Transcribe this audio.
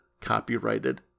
copyrighted